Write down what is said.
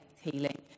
healing